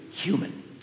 human